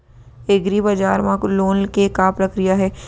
एग्रीबजार मा लोन के का प्रक्रिया हे?